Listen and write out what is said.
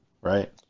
Right